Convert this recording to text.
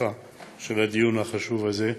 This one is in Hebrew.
בפתיחה של הדיון החשוב הזה.